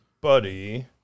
buddy